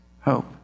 hope